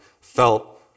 felt